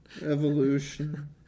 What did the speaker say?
Evolution